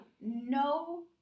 no